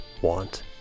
want